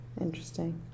Interesting